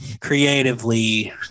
creatively